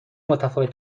متفاوت